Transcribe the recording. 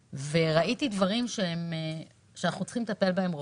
וראיתי דברים שאנחנו צריכים לטפל בהם רוחבית.